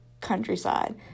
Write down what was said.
countryside